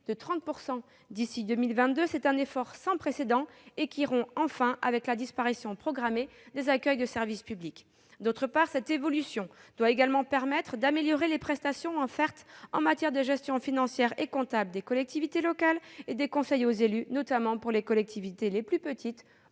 de 30 % d'ici à 2022. C'est un effort sans précédent, qui rompt, enfin, avec la disparition programmée des accueils de service public. D'autre part, cette évolution doit également permettre d'améliorer les prestations offertes en matière de gestion financière et comptable des collectivités locales et de conseil aux élus, notamment pour les collectivités les plus petites